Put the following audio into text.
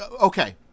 okay